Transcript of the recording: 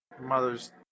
Mother's